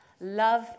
Love